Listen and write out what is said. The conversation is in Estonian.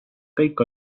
kõik